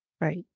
right